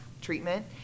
treatment